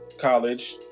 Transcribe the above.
college